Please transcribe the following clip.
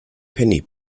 penny